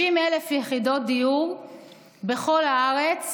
50,000 יחידות דיור בכל הארץ,